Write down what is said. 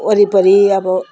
वरिपरि अब